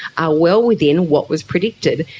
are well within what was predicted.